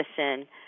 medicine